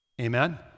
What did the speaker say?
Amen